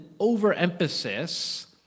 overemphasis